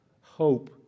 hope